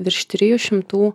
virš trijų šimtų